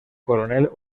coronel